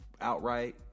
outright